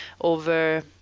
over